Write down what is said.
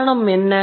காரணம் என்ன